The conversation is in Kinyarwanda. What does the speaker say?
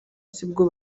sibwo